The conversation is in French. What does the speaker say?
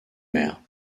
mère